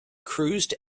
cruised